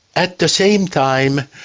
at the same time,